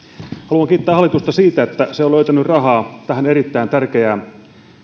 kiittää hallitusta siitä että se on löytänyt rahaa tähän erittäin tärkeään